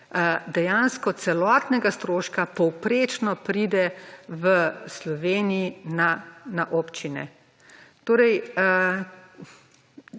dejansko celotnega stroška povprečno pride v Sloveniji na občine. Torej